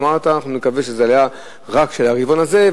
ואמרת: אנחנו נקווה שזו עלייה רק של הרבעון הזה,